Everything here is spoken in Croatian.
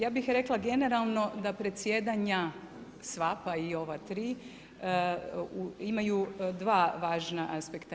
Ja bih rekla generalno, da predsjedanja sva, pa i ova tri imaju dva važna aspekta.